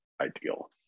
ideal